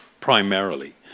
primarily